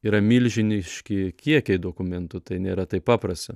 yra milžiniški kiekiai dokumentų tai nėra taip paprasta